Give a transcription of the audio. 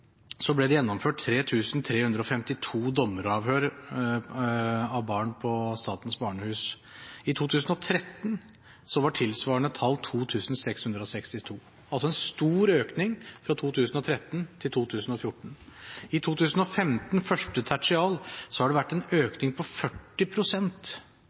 ble det gjennomført 3 352 dommeravhør av barn på statens barnehus. I 2013 var tilsvarende tall 2 662 – altså en stor økning fra 2013 til 2014. I 2015 første tertial har det vært en økning på